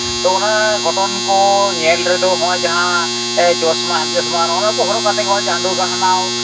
ᱛᱚ ᱚᱱᱟ ᱜᱷᱚᱴᱚᱱ ᱠᱚ ᱧᱮᱞ ᱨᱮᱫᱚ ᱦᱚᱸᱜᱼᱚᱭ ᱡᱟᱦᱟᱸ ᱪᱚᱥᱢᱟ ᱪᱚᱥᱢᱟ ᱦᱚᱸᱜᱼᱚ ᱱᱚᱣᱟ ᱠᱚ ᱦᱚᱨᱚᱜ ᱠᱟᱛᱮᱜᱮ ᱪᱟᱸᱫᱚ ᱜᱟᱦᱱᱟᱣ